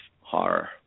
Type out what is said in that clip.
horror